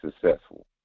successful